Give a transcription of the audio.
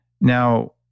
Now